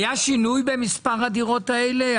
היה שינוי במספר הדירות האלה?